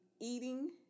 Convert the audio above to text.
eating